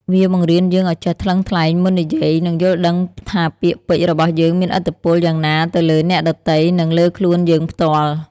វាបង្រៀនយើងឱ្យចេះថ្លឹងថ្លែងមុននិយាយ និងយល់ដឹងថាពាក្យពេចន៍របស់យើងមានឥទ្ធិពលយ៉ាងណាទៅលើអ្នកដទៃ និងលើខ្លួនយើងផ្ទាល់។